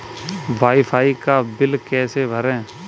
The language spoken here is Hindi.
वाई फाई का बिल कैसे भरें?